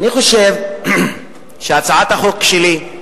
אני חושב שהצעת החוק שלי,